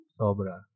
sobra